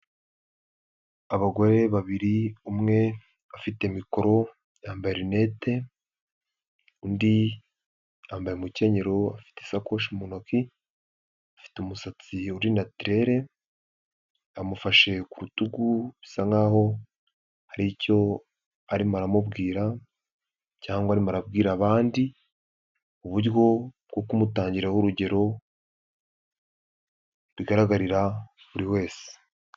Abagore babiri umwe bafite mikoro yambaye rinete, undi yambaye umukenyero, afite isakoshi mu ntoki, afite umusatsi uri natureire, amufashe ku rutugu, bisa nkaho hari icyo arimo aramubwira, cyangwa ari abwira abandi uburyo bwo kumutangiraho urugero rugaragarira buri wese.